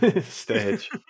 stage